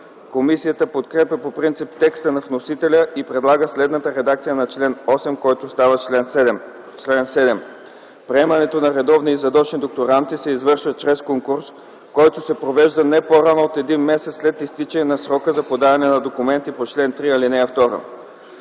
Комисията подкрепя по принцип текста на вносителя и предлага следната редакция на чл. 8, който става чл. 7: „Чл. 7. (1) Приемането на редовни и задочни докторанти се извършва чрез конкурс, който се провежда не по-рано от един месец след изтичане на срока за подаване на документи по чл. 3, ал. 2.